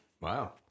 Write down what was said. Wow